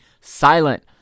silent